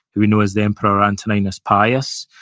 who we know as the emperor antoninus pius,